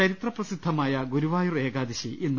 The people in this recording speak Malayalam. ചരിത്രപ്രസിദ്ധമായ ഗുരുവായൂർ ഏകാദശി ഇന്ന്